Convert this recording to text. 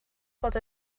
bod